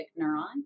neuron